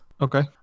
Okay